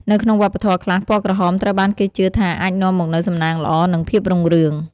នៅក្នុងវប្បធម៌ខ្លះ ពណ៌ក្រហមត្រូវបានគេជឿថាអាចនាំមកនូវសំណាងល្អ និងភាពរុងរឿង។